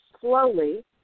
slowly